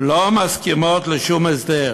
לא מסכימות לשום הסדר,